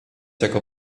jako